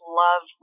love